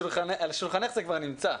על שולחנך זה כבר נמצא,